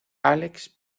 alex